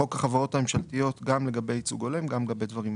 חוק החברות הממשלתיות גם לגבי ייצוג הולם וגם לגבי דברים אחרים.